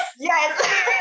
Yes